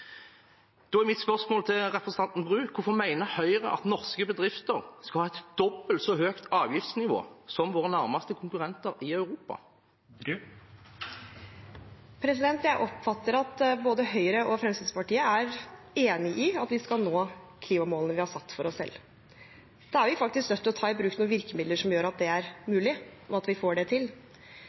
Da er mitt spørsmål til representanten Bru: Hvorfor mener Høyre at norske bedrifter skal ha et dobbelt så høyt avgiftsnivå som våre nærmeste konkurrenter i Europa? Jeg oppfatter at både Høyre og Fremskrittspartiet er enig i at vi skal nå klimamålene vi har satt for oss selv. Da er vi faktisk nødt til å ta i bruk noen virkemidler som gjør at det er mulig, og at vi får det til.